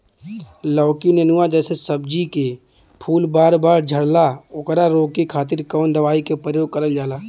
लौकी नेनुआ जैसे सब्जी के फूल बार बार झड़जाला ओकरा रोके खातीर कवन दवाई के प्रयोग करल जा?